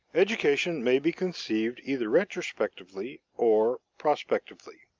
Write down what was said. education may be conceived either retrospectively or prospectively.